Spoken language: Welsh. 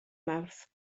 mawrth